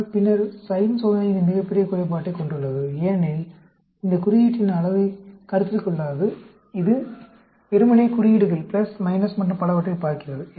ஆனால் பின்னர் சைன் சோதனை இந்த மிகப்பெரிய குறைபாட்டைக் கொண்டுள்ளது ஏனெனில் இது குறியீட்டின் அளவைக் கருத்தில் கொள்ளாது இது வெறுமனே குறியீடுகள் பிளஸ் மைனஸ் மற்றும் பலவற்றைப் பார்க்கிறது